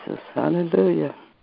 Hallelujah